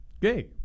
gay